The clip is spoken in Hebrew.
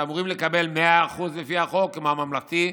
שאמורים לקבל 100% לפי החוק כמו הממלכתי,